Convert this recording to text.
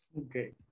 okay